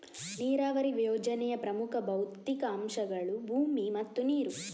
ನೀರಾವರಿ ಯೋಜನೆಯ ಪ್ರಮುಖ ಭೌತಿಕ ಅಂಶಗಳು ಭೂಮಿ ಮತ್ತು ನೀರು